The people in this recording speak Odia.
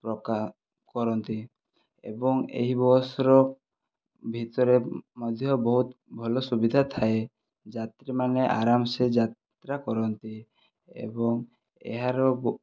ପ୍ରକାଶ କରନ୍ତି ଏବଂ ଏହି ବସର ଭିତରେ ମଧ୍ୟ ବହୁତ ଭଲ ସୁବିଧା ଥାଏ ଯାତ୍ରୀମାନେ ଆରାମ ସେ ଯାତ୍ରା କରନ୍ତି ଏବଂ ଏହାର